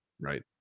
right